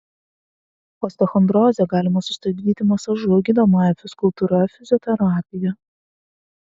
osteochondrozę galima sustabdyti masažu gydomąja fizkultūra fizioterapija